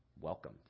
Welcome